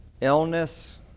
Illness